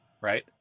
right